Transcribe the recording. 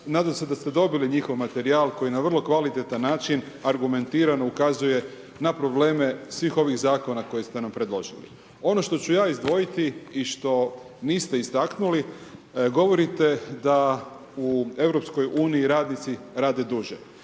nadam se da ste dobili njihov materijal koji na vrlo kvalitetan način argumentirano ukazuje na probleme svih ovih zakona koje ste nam predložili. Ono što ću ja izdvojiti i što niste istaknuli, govorite da u EU radnici rade duže,